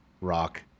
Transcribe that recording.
Rock